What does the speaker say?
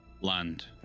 land